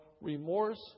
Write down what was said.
remorse